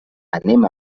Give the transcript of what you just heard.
anem